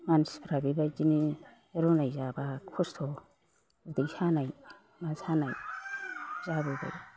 मानसिफ्रा बेबायदिनो रुनाय जाबा खस्थ' उदै सानाय मा सानाय जाबोबाय